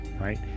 right